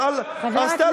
אז אל, אז תן לה לנהל את זה.